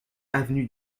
avenue